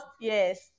yes